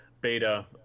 beta